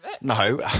No